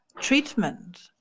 treatment